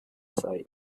side